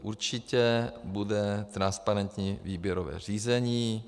Určitě bude transparentní výběrové řízení.